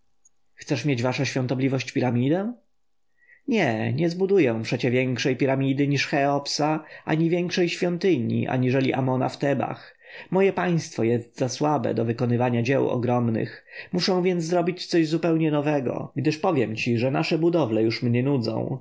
chcesz mieć wasza świątobliwość piramidę nie nie zbuduję przecie większej piramidy niż cheopsa ani większej świątyni aniżeli amona w tebach moje państwo jest za słabe do wykonywania dzieł ogromnych muzę więc zrobić coś zupełnie nowego gdyż powiem ci że nasze budowle już mnie nudzą